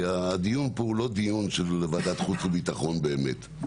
הדיון פה הוא לא דיון של ועדת חוץ והביטחון, באמת,